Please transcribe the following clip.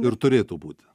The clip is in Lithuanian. ir turėtų būti